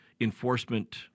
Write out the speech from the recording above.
enforcement